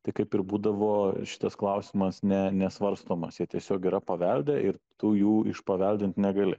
tai kaip ir būdavo šitas klausimas ne nesvarstomas jie tiesiog yra pavelde ir tu jų išpaveldint negali